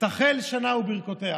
תחל שנה וברכותיה".